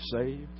saved